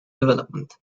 development